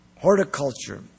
Horticulture